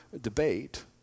debate